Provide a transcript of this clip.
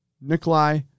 Nikolai